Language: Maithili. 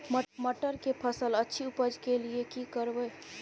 मटर के फसल अछि उपज के लिये की करबै?